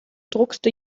druckste